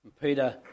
Peter